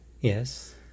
Yes